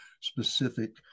specific